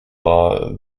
law